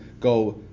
go